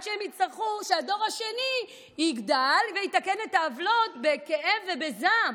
שהם יצטרכו שהדור השני יגדל ויתקן את העוולות בכאב ובזעם.